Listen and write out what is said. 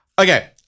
Okay